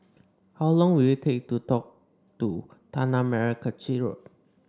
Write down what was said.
how long will it take to walk to Tanah Merah Kechil Road